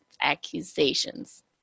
accusations